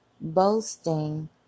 boasting